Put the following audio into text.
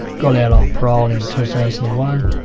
got out on parole in two thousand and one,